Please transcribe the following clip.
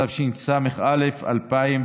התשס"א 2000,